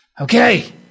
okay